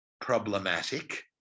problematic